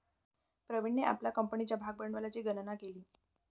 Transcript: प्रवीणने आपल्या कंपनीच्या भागभांडवलाची गणना केली